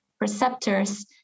receptors